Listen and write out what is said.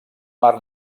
mar